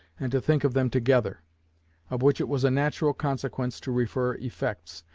and to think of them together of which it was a natural consequence to refer effects,